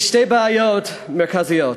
יש שתי בעיות מרכזיות: